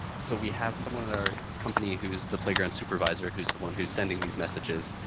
so we have someone at our company who's the playground supervisor who's the one who's sending these messages.